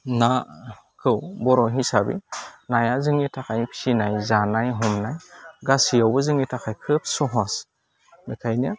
नाखौ बर' हिसाबै नाया जोंनि थाखाय फिसिनाय जानाय हमनाय गासैयावबो जोंनि थाखाय खोब सहस बेखायनो